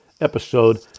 episode